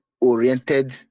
oriented